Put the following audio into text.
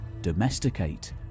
domesticate